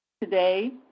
Today